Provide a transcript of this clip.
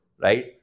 right